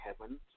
heavens